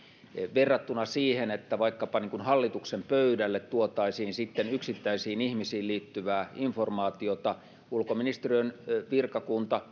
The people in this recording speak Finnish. verrattuna siihen että vaikkapa hallituksen pöydälle tuotaisiin sitten yksittäisiin ihmisiin liittyvää informaatiota ulkoministeriön virkakunta